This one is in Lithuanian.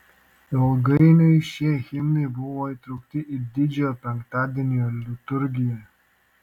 ilgainiui šie himnai buvo įtraukti į didžiojo penktadienio liturgiją